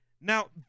Now